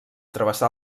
travessar